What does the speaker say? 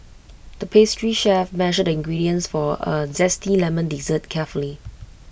the pastry chef measured the ingredients for A Zesty Lemon Dessert carefully